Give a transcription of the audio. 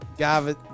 Gavin